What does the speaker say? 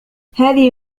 هذه